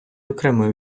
окремою